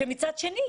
כשמצד שני,